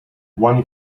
one